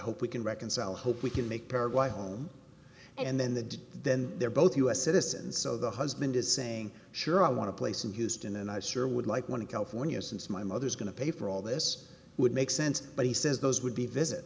hope we can reconcile hope we can make paraguayan home and then the then they're both u s citizens so the husband is saying sure i want to place in houston and i sure would like one in california since my mother is going to pay for all this would make sense but he says those would be visit